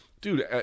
Dude